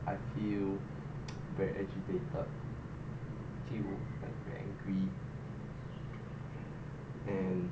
I feel very agitated feel uh angry and